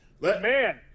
Man